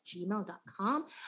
gmail.com